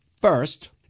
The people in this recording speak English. first